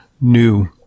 new